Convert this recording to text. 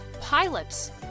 Pilots